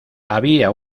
había